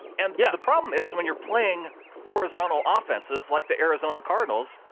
and yeah the problem is when you're playing horizontal offenses, like the arizona cardinals.